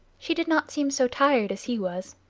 she did not seem so tired as he was.